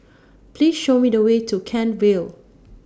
Please Show Me The Way to Kent Vale